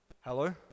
Hello